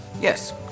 yes